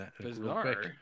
Bizarre